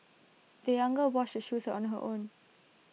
the young girl washed her shoes on her own